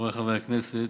חבריי חברי כנסת,